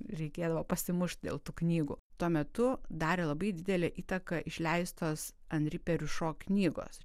reikėdavo pasimušt dėl tų knygų tuo metu darė labai didelę įtaką išleistos anri periušo knygos